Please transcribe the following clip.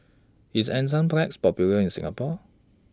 IS Enzyplex Popular in Singapore